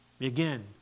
Again